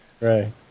right